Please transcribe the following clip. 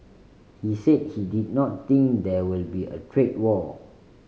he said he did not think there will be a trade war